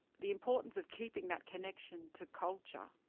the importance of keeping that connection to culture,